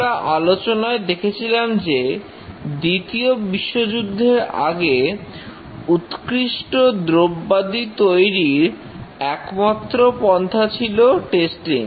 আমরা আলোচনায় দেখেছিলাম যে দ্বিতীয় বিশ্বযুদ্ধের আগে উৎকৃষ্ট দ্রব্যাদি তৈরির একমাত্র পন্থা ছিল টেস্টিং